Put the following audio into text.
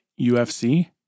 UFC